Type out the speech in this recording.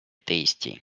tasty